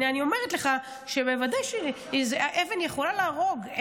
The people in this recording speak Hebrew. הינה אני אומרת לך שבוודאי אבן יכולה להרוג,